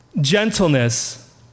gentleness